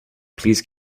please